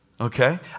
okay